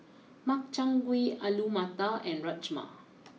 Makchang Gui Alu Matar and Rajma